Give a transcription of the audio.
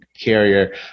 carrier